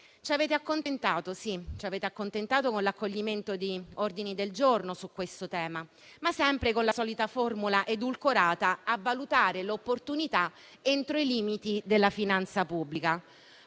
ci avete accontentato con l'accoglimento di ordini del giorno, ma sempre con la solita formula edulcorata: a valutarne l'opportunità, entro i limiti della finanza pubblica.